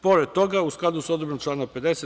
Pored toga, u skladu sa odredbom član 50.